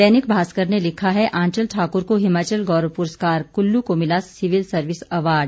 दैनिक भास्कर ने लिखा है आंचल ठाकुर को हिमाचल गौरव पुरस्कार कुल्लू को भिला सिविल सर्विस अवार्ड